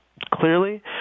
clearly